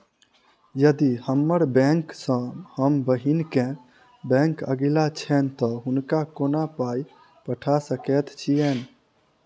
यदि हम्मर बैंक सँ हम बहिन केँ बैंक अगिला छैन तऽ हुनका कोना पाई पठा सकैत छीयैन?